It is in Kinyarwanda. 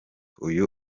uyu